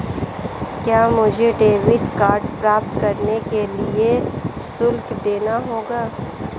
क्या मुझे debit card प्राप्त करने के लिए शुल्क देना होगा?